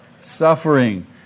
suffering